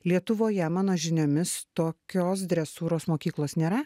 lietuvoje mano žiniomis tokios dresūros mokyklos nėra